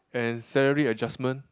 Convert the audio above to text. and salary adjustment